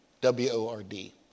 W-O-R-D